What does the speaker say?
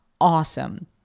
awesome